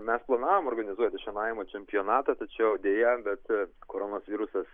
mes planavom organizuoti šienavimo čempionatą tačiau deja bet koronos virusas